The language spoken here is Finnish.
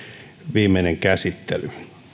viimeinen käsittely